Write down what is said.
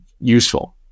useful